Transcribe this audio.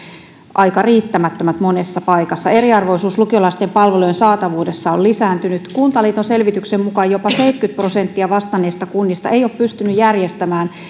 aika riittämättömät monessa paikassa eriarvoisuus lukiolaisten palvelujen saatavuudessa on lisääntynyt kuntaliiton selvityksen mukaan jopa seitsemänkymmentä prosenttia vastanneista kunnista ei ole pystynyt järjestämään